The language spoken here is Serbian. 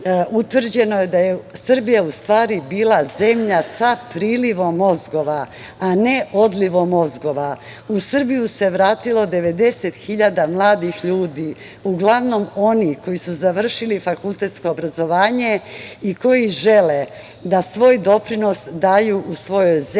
Srbija je od 2015. do 2019. godine bila zemlja sa prilivom mozgova, a ne odlivom mozgova. U Srbiju se vratilo 90 hiljada mladih ljudi, uglavnom onih koji su završili fakultetsko obrazovanje i koji žele da svoj doprinos daju u svojoj zemlji,